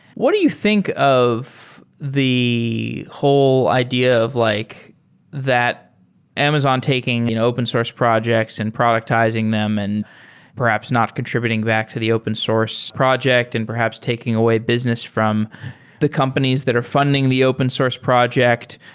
what do you think of the whole idea of like that amazon taking and open source projects and productizing them and perhaps not contributing back to the open source project and perhaps taking away business from the companies that are funding the open source project.